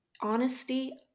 honesty